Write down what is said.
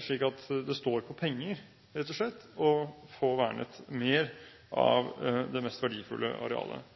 slik at det rett og slett står på penger for å få vernet mer av det mest verdifulle arealet.